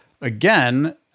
again